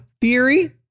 theory